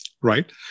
Right